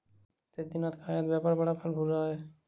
सिद्धिनाथ का आयत व्यापार बड़ा फल फूल रहा है